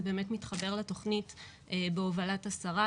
זה באמת מתחבר לתוכנית בהובלת השרה,